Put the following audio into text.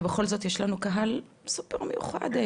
בגלל שהדיון שלנו הוא דיון סופר מיוחד,